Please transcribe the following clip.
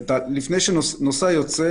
כאשר נוסע יוצא,